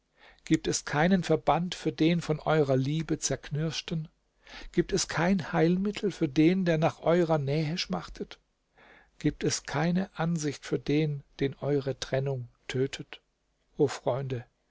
gibt es keinen verband für den von euerer liebe zerknirschten gibt es kein heilmittel für den der nach eurer nähe schmachtet gibt es keine ansicht für den den eure trennung tötet o freunde